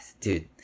dude